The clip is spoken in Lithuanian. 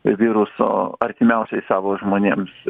viruso artimiausiai savo žmonėms